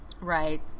Right